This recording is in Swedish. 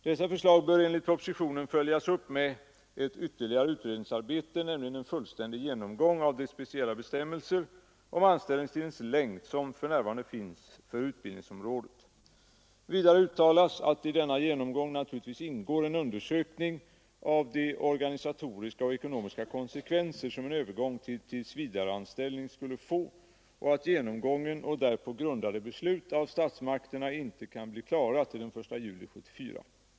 Dessa förslag bör enligt propositionen följas upp med ett ytterligare utredningsarbete, nämligen en fullständig genomgång av de speciella bestämmelser om anställningstidens längd som för närvarande finns för utbildningsområdet. Vidare uttalas att i denna genomgång naturligtvis ingår en undersökning av de organisatoriska och ekonomiska konsekvenser som en övergång till tillsvidareanställning skulle få och att genomgången och därpå grundade beslut av statsmakterna inte kan bli klara till den 1 juli 1974.